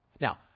Now